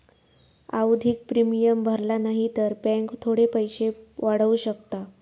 आवधिक प्रिमियम भरला न्हाई तर बॅन्क थोडे पैशे वाढवू शकता